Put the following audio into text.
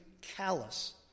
callous